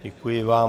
Děkuji vám.